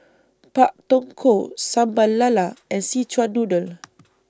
Pak Thong Ko Sambal Lala and Szechuan Noodle